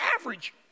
average